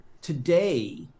today